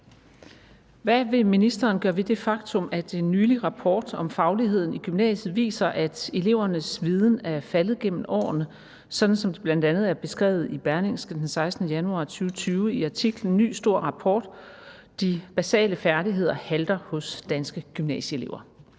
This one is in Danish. Hvad vil ministeren gøre ved det faktum, at en nylig rapport om fagligheden i gymnasiet viser, at elevernes viden er faldet gennem årene, sådan som det bl.a. er beskrevet i Berlingske den 16. januar 2020 i artiklen »Ny stor rapport: De basale færdigheder halter hos danske gymnasieelever«?